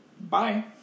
Bye